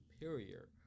superior